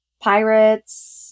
Pirates